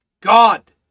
God